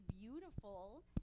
beautiful